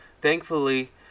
Thankfully